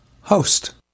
host